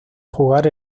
jugar